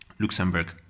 Luxembourg